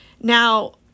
Now